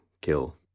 kill